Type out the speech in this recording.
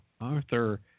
Arthur